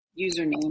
username